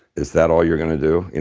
is that all you're going to do?